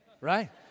right